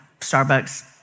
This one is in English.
Starbucks